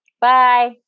Bye